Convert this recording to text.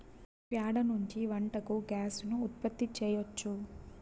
ప్యాడ నుంచి వంటకు గ్యాస్ ను ఉత్పత్తి చేయచ్చు